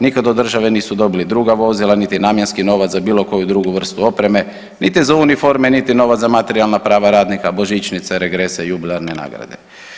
Nikada od države nisu dobili druga vozila, niti namjenski novac za bilo koju drugu vrstu opreme, niti za uniforme, niti novac za materijalna prava radnika, božićnice, regrese i jubilarne nagrade.